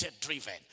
driven